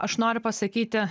aš noriu pasakyti